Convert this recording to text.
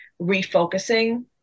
refocusing